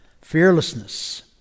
fearlessness